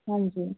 ਹਾਂਜੀ